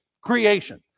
Creation